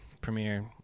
premiere